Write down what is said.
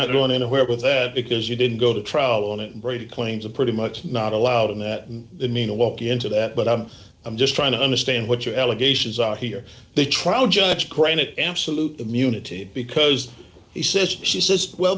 not going anywhere with that because you didn't go to trial on it brady claims are pretty much not allowed in that and the need to walk into that but i'm i'm just trying to understand what your allegations are here they trial judge granted absolute immunity because he says she says well